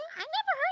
i never